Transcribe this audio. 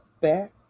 best